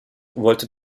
wollte